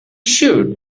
should